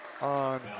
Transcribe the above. on